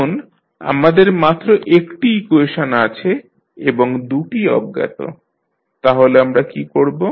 এখন আমাদের মাত্র একটি ইকুয়েশন আছে এবং দু'টি অজ্ঞাত তাহলে আমরা কী করব